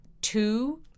two